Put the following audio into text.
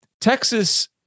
Texas